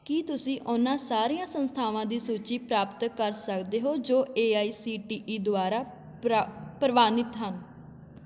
ਕੀ ਤੁਸੀਂ ਉਹਨਾਂ ਸਾਰੀਆਂ ਸੰਸਥਾਵਾਂ ਦੀ ਸੂਚੀ ਪ੍ਰਾਪਤ ਕਰ ਸਕਦੇ ਹੋ ਜੋ A I C T E ਦੁਆਰਾ ਪ੍ਰਾ ਪ੍ਰਵਾਨਿਤ ਹਨ